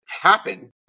happen